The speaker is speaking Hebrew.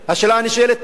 השאלה הנשאלת,